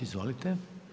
Izvolite.